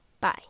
Bye